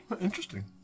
Interesting